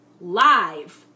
live